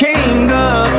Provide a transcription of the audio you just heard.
Kingdom